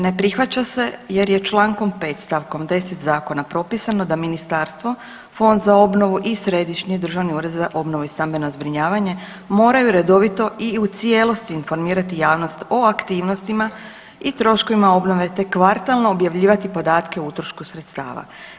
Ne prihvaća se jer je čl. 5. st. 10. zakona propisano da ministarstvo, Fond za obnovu i Središnji državni ured za obnovu i stambena zbrinjavanje moraju redovito i u cijelosti informirati javnost o aktivnostima i troškovima obnove te kvartalno objavljivati podatke o utrošku sredstava.